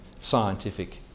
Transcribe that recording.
scientific